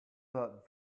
that